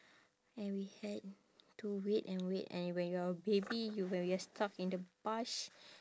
and we had to wait and wait and when you're a baby you when we're stuck in the bus